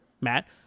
Matt